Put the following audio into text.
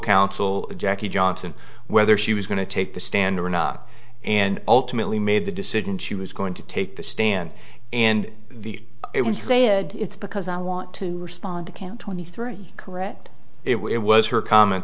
counsel jackie johnson whether she was going to take the stand or not and ultimately made the decision she was going to take the stand and it was they said it's because i want to respond to count twenty three correct it was her comment